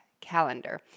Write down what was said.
calendar